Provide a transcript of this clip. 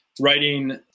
writing